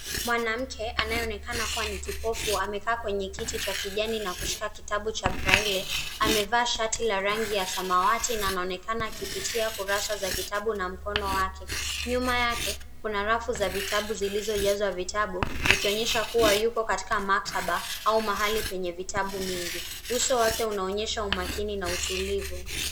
Mwanamke anayeonekana kuwa ni kipofu amekaa kwenye kiti cha kijani na kushika kitabu cha braille. Amevaa shati ya rangi ya samawati na anaonekana akipitia kurasa za kitabu na mkono wake. Nyuma yake kuna rafu za vitabu zilizojazwa vitabu, zikionyesha kuwa yuko katika maktaba au mahali penye vitabu mingi. Uso wake unaonyesha umakini na utulivu.